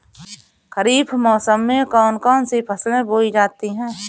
खरीफ मौसम में कौन कौन सी फसलें बोई जाती हैं?